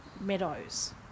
meadows